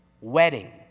Wedding